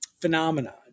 phenomenon